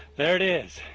there it is.